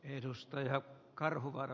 edustaja karhuvaara